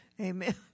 Amen